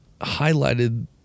highlighted